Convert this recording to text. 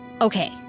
Okay